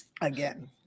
again